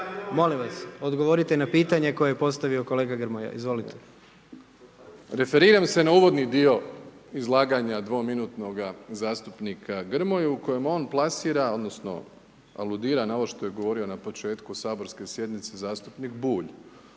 Molim vas, odgovorite na pitanje koje je postavio kolega Grmoja. Izvolite. **Plenković, Andrej (HDZ)** Referiram se na uvodni dio izlaganja dvominutnoga zastupnika Grmoju kojom on plasira, odnosno aludira na ovo što je govorio na početku saborske sjednice zastupnik Bulj.